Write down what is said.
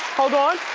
hold on.